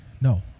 No